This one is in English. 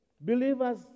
believers